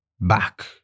back